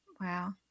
Wow